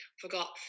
Forgot